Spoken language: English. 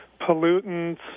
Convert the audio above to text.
pollutants